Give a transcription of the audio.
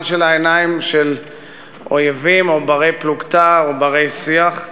של העיניים של אויבים או בני-פלוגתא או בני-שיח.